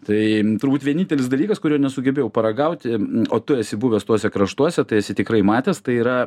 tai turbūt vienintelis dalykas kurio nesugebėjau paragauti o tu esi buvęs tuose kraštuose tai esi tikrai matęs tai yra